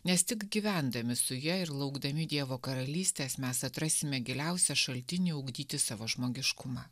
nes tik gyvendami su ja ir laukdami dievo karalystės mes atrasime giliausią šaltinį ugdyti savo žmogiškumą